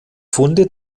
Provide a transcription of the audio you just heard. funde